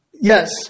Yes